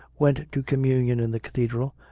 went to communion in the cathedral,